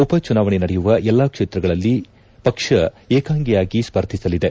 ಉಪ ಚುನಾವಣೆ ನಡೆಯುವ ಎಲ್ಲಾ ಕ್ಷೇತ್ರಗಳಲ್ಲಿ ಪಕ್ಷ ಏಕಾಂಗಿಯಾಗಿ ಸ್ಪರ್ಧಿಸಲಿದೆ